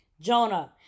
Jonah